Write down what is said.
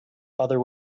other